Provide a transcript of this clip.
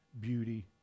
beauty